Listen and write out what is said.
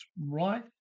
right